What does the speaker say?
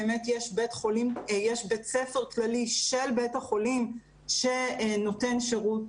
באמת יש בית ספר כללי של בית החולים שנותן שירות.